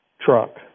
truck